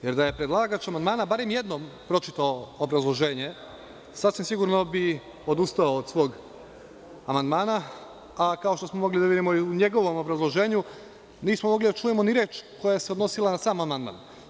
Jer, da je predlagač amandmana barem jednom pročitao obrazloženje, sasvim sigurno bi odustao od svog amandmana, a kao što smo mogli da vidimo i u njegovom obrazloženju, nismo mogli da čujemo ni reč koja se odnosila na sam amandman.